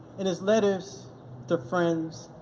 in his letters to friends,